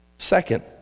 Second